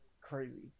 crazy